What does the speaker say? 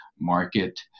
market